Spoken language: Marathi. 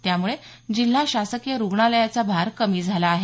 त्याम्रळे जिल्हा शासकीय रुग्णालयाचा भार कमी झाला आहे